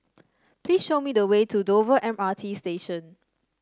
please show me the way to Dover M R T Station